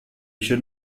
should